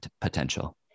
potential